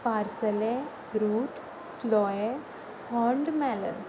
parsley root स्लोये होंड melon